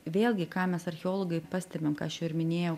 vėlgi ką mes archeologai pastebim ką aš jau ir minėjau